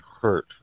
hurt